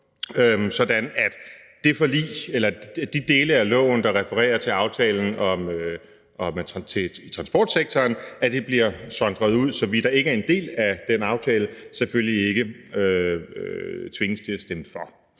sådan at de dele af loven, der refererer til aftalen om transportsektoren, bliver skilt ud, så vi, der ikke er en del af den aftale, selvfølgelig ikke tvinges til at stemme for.